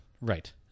Right